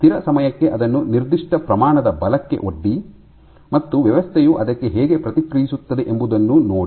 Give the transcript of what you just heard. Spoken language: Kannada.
ಸ್ಥಿರ ಸಮಯಕ್ಕೆ ಅದನ್ನು ನಿರ್ದಿಷ್ಟ ಪ್ರಮಾಣದ ಬಲಕ್ಕೆ ಒಡ್ಡಿ ಮತ್ತು ವ್ಯವಸ್ಥೆಯು ಅದಕ್ಕೆ ಹೇಗೆ ಪ್ರತಿಕ್ರಿಯಿಸುತ್ತದೆ ಎಂಬುದನ್ನು ನೋಡಿ